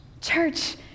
Church